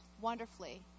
wonderfully